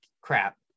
crap